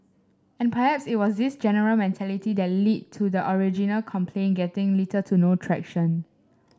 and perhaps it was this general mentality that lead to the original complaint getting little to no traction